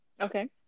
Okay